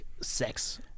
sex